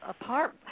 apart